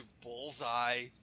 bullseye